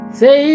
say